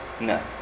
No